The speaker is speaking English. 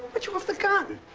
but you have the gun!